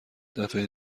دفعه